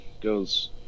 goes